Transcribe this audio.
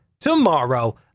tomorrow